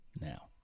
now